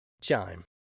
Chime